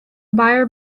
buyer